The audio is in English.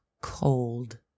cold